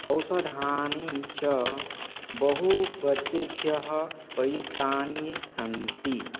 औषधानि च बहु वर्षेभ्यः प्रयुक्तानि सन्ति